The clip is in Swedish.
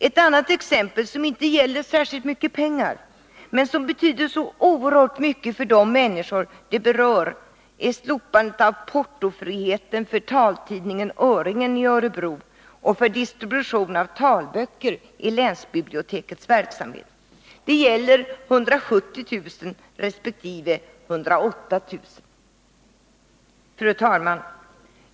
Ett annat exempel, som inte gäller särskilt mycket pengar men som betyder oerhört mycket för de människor det berör, är slopandet av portofriheten för taltidningen Öringen i Örebro och för distribution av talböcker inom länsbibliotekets verksamhet. Det gäller 170 000 resp. 108 000 kr. Fru talman!